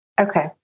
Okay